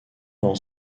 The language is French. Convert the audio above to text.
dans